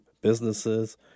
businesses